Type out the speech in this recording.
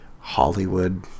Hollywood